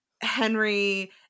Henry